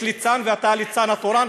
יש ליצן, ואתה הליצן התורן,